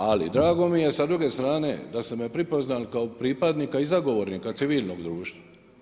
Ali, drago mi je sa druge strane, da ste me prepoznali kao pripadnika i zagovornika civilnog društva.